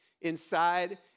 inside